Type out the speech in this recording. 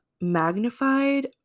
magnified